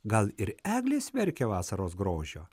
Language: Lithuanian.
gal ir eglės verkia vasaros grožio